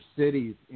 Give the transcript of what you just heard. cities